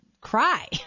cry